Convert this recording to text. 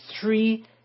three